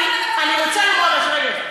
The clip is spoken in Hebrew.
אני רוצה לומר משהו,